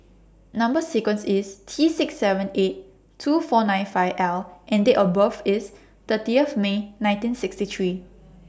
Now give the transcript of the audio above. Number sequence IS T six seven eight two four nine five L and Date of birth IS thirty May nineteen sixty three